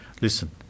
listen